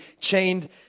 chained